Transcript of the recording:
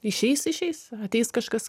išeis išeis ateis kažkas